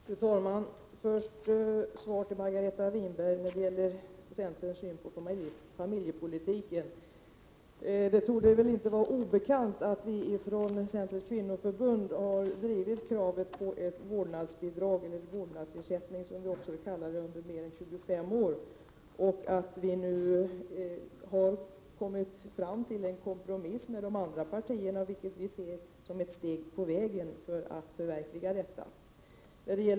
Fru talman! Jag vänder mig först till Margareta Winberg för att ge besked om centerns syn på familjepolitiken. Det torde inte vara obekant att vi från Centerns kvinnoförbund har drivit kravet på ett vårdnadsbidrag, eller en vårdnadsersättning som vi också har kallat det, under mer än 25 år. Nu har vi kommit fram till en kompromiss med de andra partierna, vilket vi ser som ett steg på vägen mot att förverkliga detta.